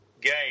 game